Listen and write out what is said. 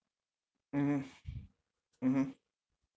mmhmm mmhmm